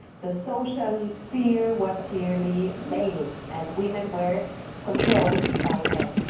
the social sphere was clearly male, and women were controlled by men.